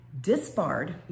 disbarred